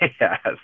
Yes